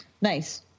Nice